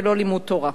ולא "לימוד תורה".